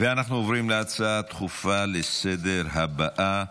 הצעות לסדר-היום אנחנו עוברים להצעה הדחופה לסדר-היום הבאה: